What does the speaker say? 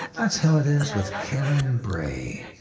that's how it is with karen and bray,